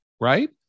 right